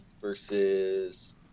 versus